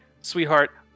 sweetheart